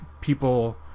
people